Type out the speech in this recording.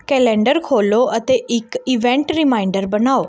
calendar ਖੋਲ੍ਹੋ ਅਤੇ ਇੱਕ ਇਵੈਂਟ ਰੀਮਾਈਂਡਰ ਬਣਾਓ